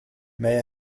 may